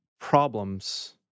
problems